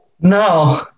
no